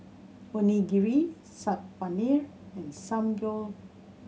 Onigiri Saag Paneer and